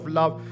love